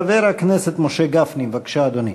חבר הכנסת משה גפני, בבקשה, אדוני.